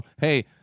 Hey